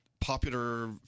popular